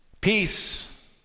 Peace